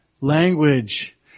language